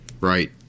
Right